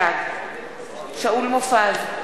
בעד שאול מופז,